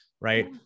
right